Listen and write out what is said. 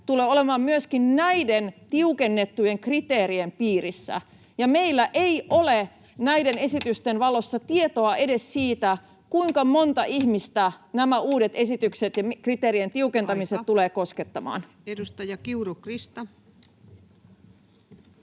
tulee olemaan myöskin näiden tiukennettujen kriteerien piirissä, ja meillä ei ole näiden esitysten valossa edes tietoa siitä, kuinka montaa ihmistä nämä uudet esitykset ja kriteerien tiukentamiset [Puhemies: Aika!] tulevat koskettamaan. Edustaja Kiuru, Krista.